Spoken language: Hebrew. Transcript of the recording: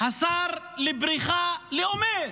השר לבריחה לאומית.